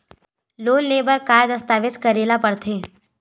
Loan ले बर का का दस्तावेज करेला पड़थे?